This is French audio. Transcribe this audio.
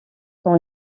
sont